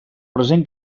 present